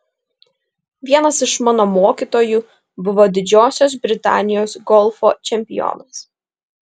vienas iš mano mokytojų buvo didžiosios britanijos golfo čempionas